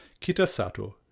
Kitasato